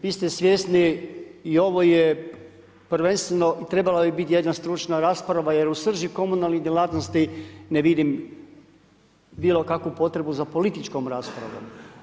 Vi ste svjesni i ovo je prvenstveno i trebala bi biti jedna stručna rasprava jer u srži komunalnih djelatnosti ne vidim bilo kakvu potrebu za političkom raspravom.